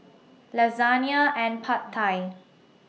Lasagna and Pad Thai